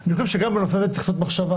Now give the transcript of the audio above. אני חושב שגם בנושא הזה צריך לעשות מחשבה,